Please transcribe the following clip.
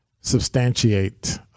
substantiate